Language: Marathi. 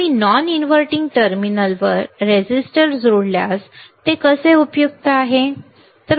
तर मी नॉन इनव्हर्टिंग टर्मिनलवर रेझिस्टर जोडल्यास ते कसे उपयुक्त आहे